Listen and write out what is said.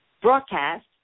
broadcast